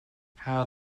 how